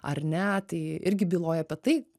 ar ne tai irgi byloja apie tai